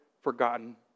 forgotten